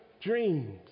dreams